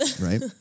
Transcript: right